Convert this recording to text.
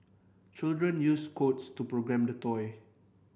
children used codes to program the toy